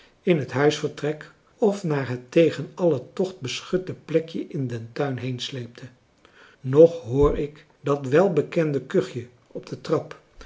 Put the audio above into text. in het huisvertrek of naar het tegen allen tocht beschutte plekje in den tuin heensleepte nog hoor ik dat welbekende kuchje op de trap